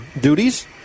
duties